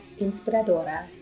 inspiradoras